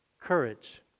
courage